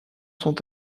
sont